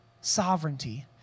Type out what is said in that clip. sovereignty